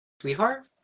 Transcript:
sweetheart